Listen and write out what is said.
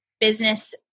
business